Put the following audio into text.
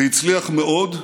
זה הצליח מאוד.